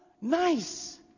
nice